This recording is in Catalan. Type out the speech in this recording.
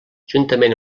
juntament